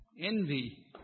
envy